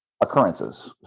occurrences